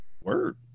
Word